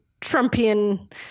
Trumpian